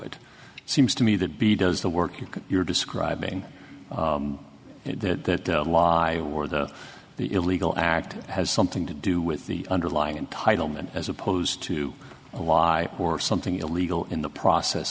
it seems to me that b does the work you can you're describing it that lie or the the illegal act has something to do with the underlying entitlement as opposed to a lie or something illegal in the process